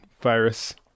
virus